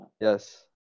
Yes